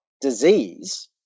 disease